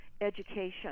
education